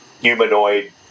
humanoid